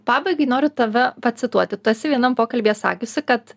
pabaigai noriu tave pacituoti tu esi vienam pokalbyje sakiusi kad